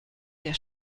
der